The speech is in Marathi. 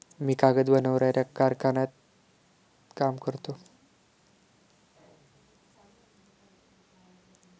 मी कागद बनवणाऱ्या कारखान्यात काम करतो